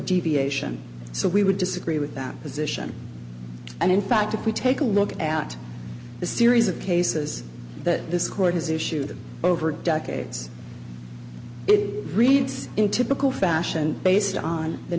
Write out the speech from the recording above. deviation so we would disagree with that position and in fact if we take a look at the series of cases that this court has issued over decades it reads in typical fashion based on the